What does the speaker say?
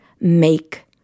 Make